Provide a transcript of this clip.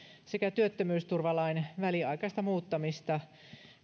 sekä työttömyysturvalain väliaikaista muuttamista